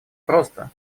просто